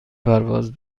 پرواز